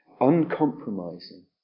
uncompromising